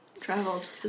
Traveled